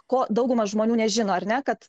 ko dauguma žmonių nežino ar ne kad